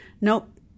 Nope